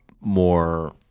more